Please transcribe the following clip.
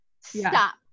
stop